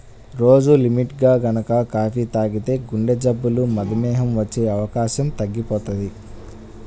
రోజూ లిమిట్గా గనక కాపీ తాగితే గుండెజబ్బులు, మధుమేహం వచ్చే అవకాశం తగ్గిపోతది